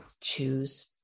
Choose